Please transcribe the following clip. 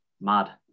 mad